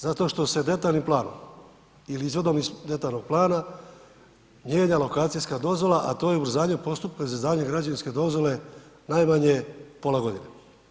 Zato što se detaljnim planom ili izvodom iz detaljnog plana mijenja lokacijska dozvola, a to je u zadnjem postupku za izdavanje građevinske dozvole najmanje pola godine.